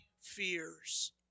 fears